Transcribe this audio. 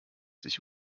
sich